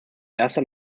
erster